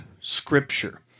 scripture